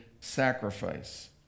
sacrifice